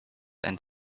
and